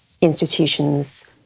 institutions